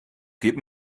gib